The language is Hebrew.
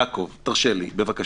יעקב, יעקב, תרשה לי, בבקשה.